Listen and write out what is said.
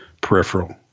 peripheral